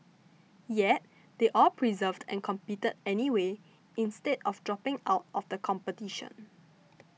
yet they all persevered and competed anyway instead of dropping out of the competition